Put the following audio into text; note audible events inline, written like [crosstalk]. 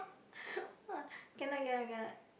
[breath] ah cannot cannot cannot